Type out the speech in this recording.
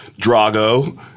Drago